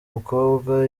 mukobwa